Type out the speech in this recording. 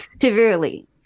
severely